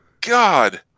god